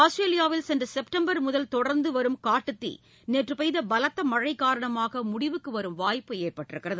ஆஸ்திரேலியாவில் சென்ற செப்டம்பர் மாதம் முதல் தொடர்ந்து வரும் காட்டு தீ நேற்று பெய்த பலத்த மழை காரணமாக முடிவுக்கு வரும் வாய்ப்பு ஏற்பட்டுள்ளது